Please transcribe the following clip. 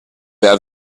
have